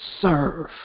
serve